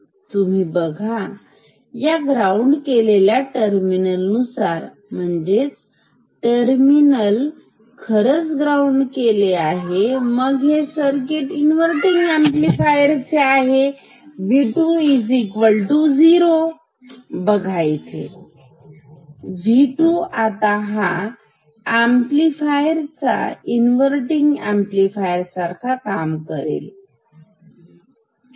आता तुम्ही बघा या ग्राउंड केलेल्या टर्मिनल नुसार म्हणजे हे टर्मिनल खरंच ग्राउंड केले आहे मग हे सर्किट इन्वर्तींग अंपलिफायर चे काम करेल V 2 0 बघा इथे V 2 आता हा अंपलिफायरफायर इन्वर्तींग अंपलिफायर सारखे काम करेल ठीक